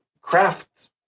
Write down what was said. craft